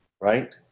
right